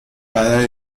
padre